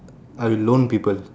I loan people